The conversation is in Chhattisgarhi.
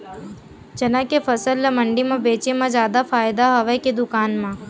चना के फसल ल मंडी म बेचे म जादा फ़ायदा हवय के दुकान म?